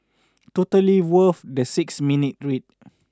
totally worth the six minute read